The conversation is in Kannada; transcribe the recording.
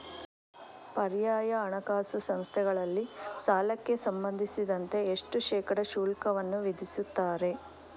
ಪರ್ಯಾಯ ಹಣಕಾಸು ಸಂಸ್ಥೆಗಳಲ್ಲಿ ಸಾಲಕ್ಕೆ ಸಂಬಂಧಿಸಿದಂತೆ ಎಷ್ಟು ಶೇಕಡಾ ಶುಲ್ಕವನ್ನು ವಿಧಿಸುತ್ತಾರೆ?